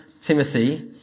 Timothy